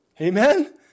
Amen